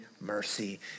mercy